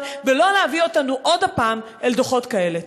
ולא להביא אותנו עוד פעם אל דוחות כאלה.